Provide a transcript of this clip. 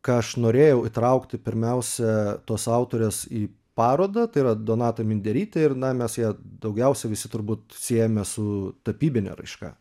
ką aš norėjau įtraukti pirmiausia tos autorės į parodą tai yra donata minderytė ir na mes ją daugiausia visi turbūt siejame su tapybine raiška